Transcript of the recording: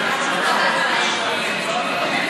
לא נתקבלה.